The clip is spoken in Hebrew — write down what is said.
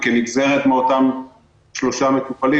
וכנגזרת מאותם שלושה מטופלים,